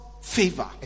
favor